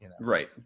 right